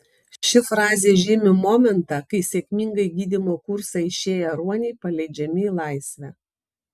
ši frazė žymi momentą kai sėkmingai gydymo kursą išėję ruoniai paleidžiami į laisvę